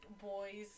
boys